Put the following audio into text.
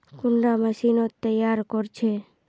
कुंडा मशीनोत तैयार कोर छै?